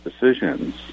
decisions